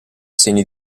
segni